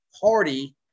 party